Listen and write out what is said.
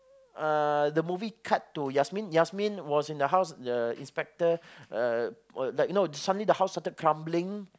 uh the movie cut to Yasmin Yasmin was in the house the inspector uh like no the suddenly the house started crumbling